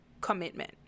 commitment